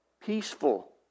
peaceful